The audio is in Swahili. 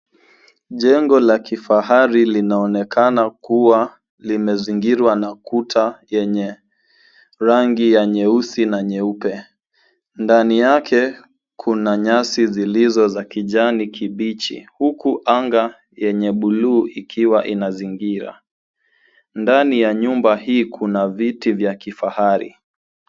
Jengo la kifahari linaonekana kuwa limezingirwa na kuta yenye rangi ya nyeusi na nyeupe. Ndani yake, kuna nyasi zilizo za kijani kibichi, huku anga yenye buluu ikiwa inazingira. Ndani ya nyumba hii kuna viti vya kifahari.